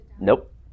Nope